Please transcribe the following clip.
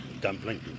dumpling